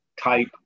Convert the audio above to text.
type